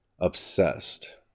obsessed